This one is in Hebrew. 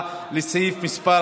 לסעיף מס'